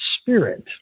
spirit